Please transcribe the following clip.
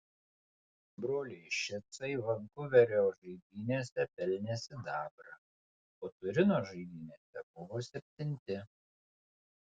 broliai šicai vankuverio žaidynėse pelnė sidabrą o turino žaidynėse buvo septinti